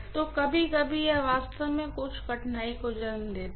तो कभी कभी यह वास्तव में कुछ कठिनाई को जन्म दे सकता है